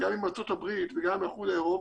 גם עם ארצות הברית וגם עם האיחוד האירופי,